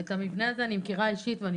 את המבנה הזה אני מכירה אישית ואני